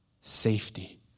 safety